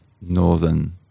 northern